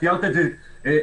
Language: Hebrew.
תיארת את זה היטב,